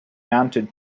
mounted